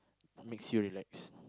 makes you relax